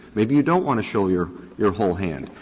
maybe you don't want to show your your whole hand.